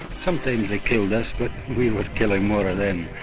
sometimes they killed us but we were killing more of them.